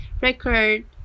record